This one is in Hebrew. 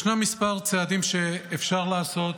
ישנם כמה צעדים שאפשר לעשות,